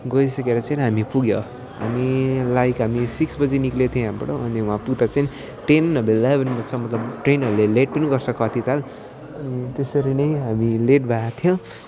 गइसकेर चाहिँ हामी पुग्यो अनि लाइक हामी सिक्स बजे निक्लेको थियो यहाँबाट अनि वहाँ पुग्दा चाहिँ टेन इलाभेन मतलब ट्रेनहरूले लेट पनि गर्छ कति ताल त्यसरी नै हामी लेट भएका थियौँ